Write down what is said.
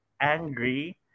angry